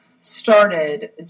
started